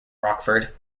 rockford